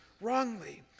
wrongly